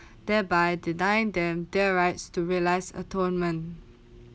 thereby denying them their rights to realise atonement